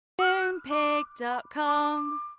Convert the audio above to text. Moonpig.com